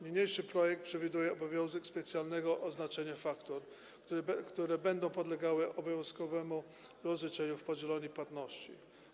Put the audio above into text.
Niniejszy projekt przewiduje obowiązek specjalnego oznaczenia faktur, które będą podlegały obowiązkowemu rozliczeniu w podzielonej płatności.